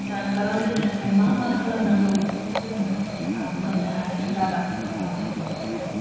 जानगाराव दोननो थाखाय मा मा खालामनांगौ बिफोरखौ जोङो मोननो हादों रादाब फल' खालामनायनिफ्रायनो